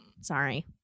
sorry